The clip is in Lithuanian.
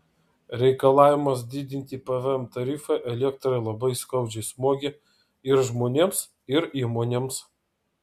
reikalavimas didinti pvm tarifą elektrai labai skaudžiai smogė ir žmonėms ir įmonėms